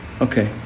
Okay